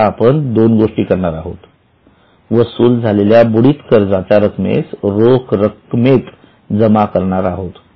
आता आपण दोन गोष्टी करणार आहोत वसूल झालेल्या बुडित कर्जाचा रकमेस रोख रकमेत जमा करणार आहोत